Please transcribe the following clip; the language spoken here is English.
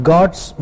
God's